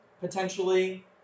potentially